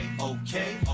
okay